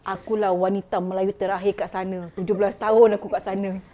aku lah wanita melayu terakhir kat sana tujuh belas tahun aku kat sana